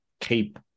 keep